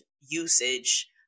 usage